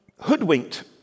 hoodwinked